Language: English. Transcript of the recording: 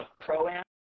pro-am